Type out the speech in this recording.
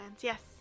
yes